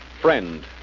friend